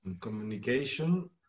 communication